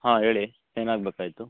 ಹಾಂ ಹೇಳಿ ಏನಾಗ್ಬೇಕಾಗಿತ್ತು